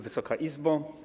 Wysoka Izbo!